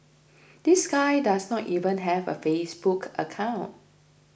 this guy does not even have a Facebook account